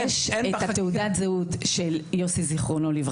יש את תעודת הזהות של יוסי ז"ל,